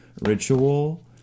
ritual